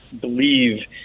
believe